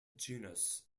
genus